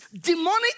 demonic